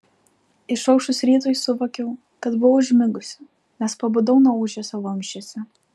išaušus rytui suvokiau kad buvau užmigusi nes pabudau nuo ūžesio vamzdžiuose